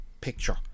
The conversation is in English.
picture